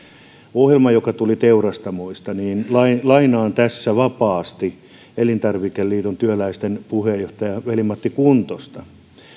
ohjelman joka tuli teurastamoista niin lainaan tässä vapaasti elintarviketyöläisten liiton puheenjohtaja veli matti kuntosta